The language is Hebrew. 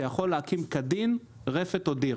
שיכול להקים כדין רפת או דיר.